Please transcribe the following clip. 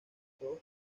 todos